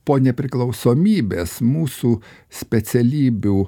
po nepriklausomybės mūsų specialybių